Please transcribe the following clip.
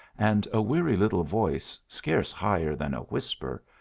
and a weary little voice, scarce higher than a whisper,